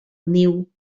niu